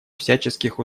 всяческих